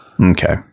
Okay